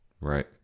Right